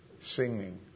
singing